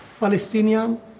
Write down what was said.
Palestinian